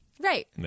Right